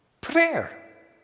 Prayer